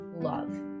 love